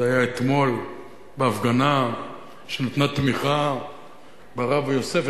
זה היה אתמול בהפגנה שנתנה תמיכה ברב יוסף,